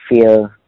feel